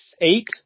eight